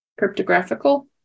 cryptographical